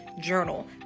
journal